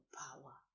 power